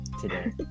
today